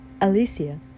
Alicia